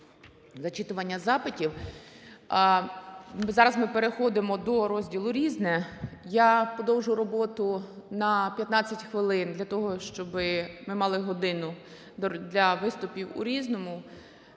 зачитування запитів. Зараз ми переходимо до розділу "Різне". Я подовжу роботу на 15 хвилин для того, щоби ми мали годину для виступів у "Різному".